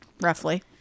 Roughly